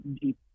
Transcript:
deep